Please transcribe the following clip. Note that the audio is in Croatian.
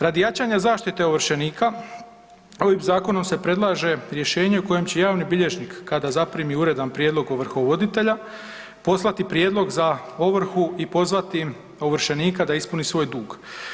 Radi jačanja zaštite ovršenika ovim zakonom se predlaže rješenje u kojem će javni bilježnik kada zaprimi uredan prijedlog ovrhovoditelja poslati prijedlog za ovrhu i pozvati ovršenika da ispuni svoj dug.